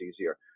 easier